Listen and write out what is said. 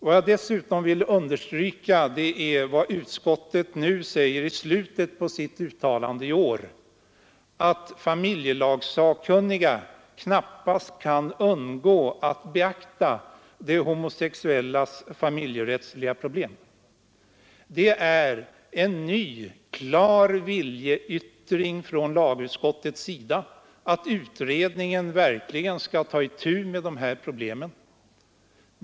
Jag vill dessutom understryka vad utskottet nu säger i slutet av sitt uttalande i år, nämligen att familjelagssakkunniga knappast kan undgå att beakta de homosexuellas familjerättsliga problem. Det är en ny klar viljeyttring från lagutskottets sida att utredningen verkligen skall ta itu med det här problemet.